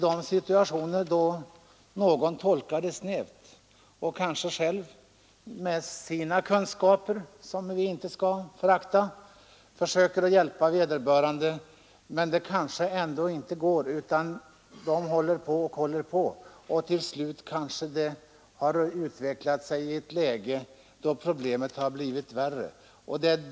Det händer att någon tolkar dem snävt och kanske själv försöker hjälpa vederbörande med sina kunskaper — som vi inte skall förakta. Men det kanske inte går, och problemet blir värre och värre.